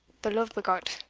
the love-begot,